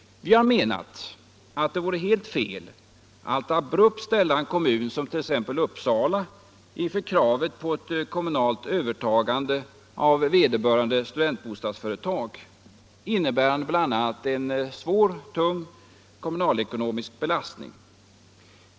Vi har menat att det vore helt fel att abrupt ställa en kommun som t.ex. Uppsala inför kravet på ett kommunalt övertagande av vederbörande studentbostadsföretag, innebärande bl.a. en svår kommunalekonomisk belastning.